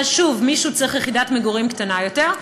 ואז שוב מישהו צריך יחידת מגורים קטנה יותר,